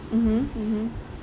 mmhmm mmhmm